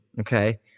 okay